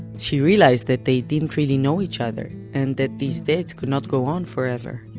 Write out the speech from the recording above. she realized that they didn't really know each other, and that these dates couldn't ah go on forever.